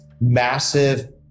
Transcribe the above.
massive